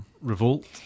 revolt